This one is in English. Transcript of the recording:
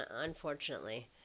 unfortunately